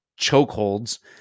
chokeholds